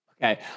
Okay